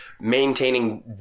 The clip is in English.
maintaining